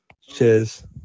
Cheers